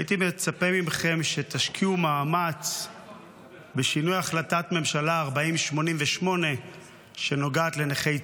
הייתי מצפה מכם שתשקיעו מאמץ בשינוי החלטת ממשלה 4088 שנוגעת לנכי צה"ל.